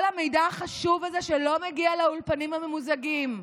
כל המידע החשוב הזה, שלא מגיע לאולפנים הממוזגים,